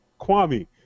Kwame